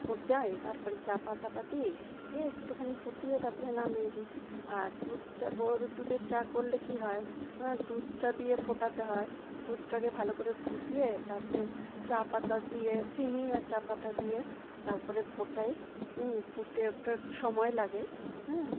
ফুটাই তারপরে চা পাতাটা দিই দিয়ে একটুখানি ফুটিয়ে তারপরে নামিয়ে দিই আর দুধ চা গোরুর দুধের চা করলে কি হয় দুধটা দিয়ে ফোটাতে হয় দুধটাকে ভালো করে ফুটিয়ে তাতে চা পাতা দিয়ে চিনি আর চা পাতা দিয়ে তারপরে ফোটাই ফুটে ওঠার সময় লাগে হ্যাঁ